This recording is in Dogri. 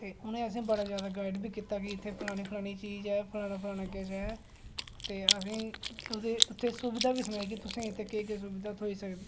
ते उ'नें असेंगी बड़ा जैदा गाईड बी कीता कि इत्थै फलानी फलानी चीज ऐ फलानी फलानी किश ऐ ते उत्थै असेंगी सुविधा बी सनाई कि तुसेंगी केह् केह् सुविधा थ्होई सकदी ऐ